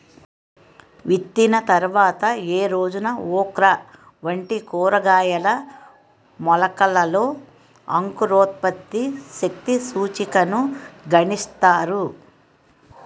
విత్తిన తర్వాత ఏ రోజున ఓక్రా వంటి కూరగాయల మొలకలలో అంకురోత్పత్తి శక్తి సూచికను గణిస్తారు?